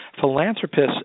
philanthropists